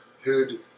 who'd